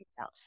out